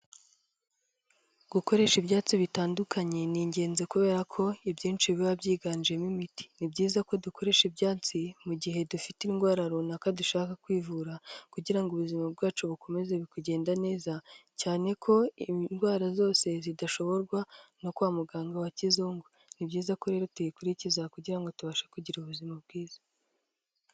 Gukoresha ibyatsi bitandukanye ni ingenzi kubera ko ibyinshi biba byiganjemo imiti. Ni byiza ko dukoresha ibyatsi mu gihe dufite indwara runaka dushaka kwivura kugira ngo ubuzima bwacu bukomeze kugenda neza, cyane ko indwara zose zidashoborwa no kwa muganga wa kizungu. Ni byiza ko rero tuyikurikiza kugira ngo tubashe kugira ubuzima bwiza.